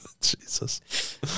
Jesus